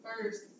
first